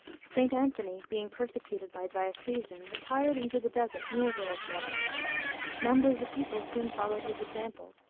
st. anthony being persecuted by dioclesian, retired into the desert near the lake moeris numbers of people soon followed his example,